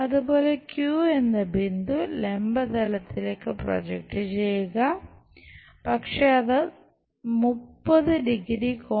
അതുപോലെ ചെയ്യണം